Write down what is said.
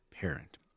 parent